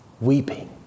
weeping